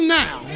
now